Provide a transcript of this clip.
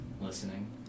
listening